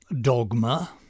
dogma